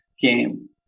game